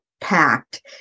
packed